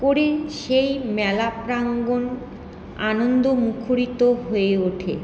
করে সেই মেলা প্রাঙ্গন আনন্দ মুখরিত হয়ে ওঠে